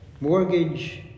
mortgage